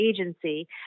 agency